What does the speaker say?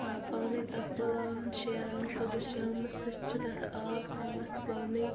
ٲں پانے تتھ تُلان شیران صُبحس شامس تہِ چھِ تتھ آب تراوان سۄ پانے